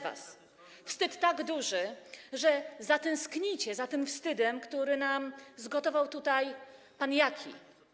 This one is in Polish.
Wstyd tak duży, że zatęsknicie za tym wstydem, który nam zgotował tutaj pan Jaki.